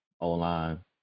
O-line